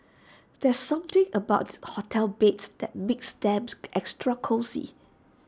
there's something about hotel beds that makes them extra cosy